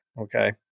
Okay